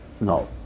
No